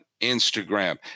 Instagram